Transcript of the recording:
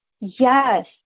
Yes